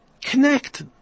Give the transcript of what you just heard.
Connect